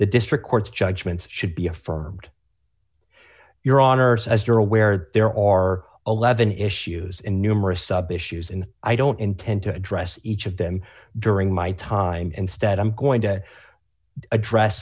the district court's judgment should be affirmed your honor it's as you're aware there are eleven issues in numerous sub issues and i don't intend to address each of them during my time instead i'm going to address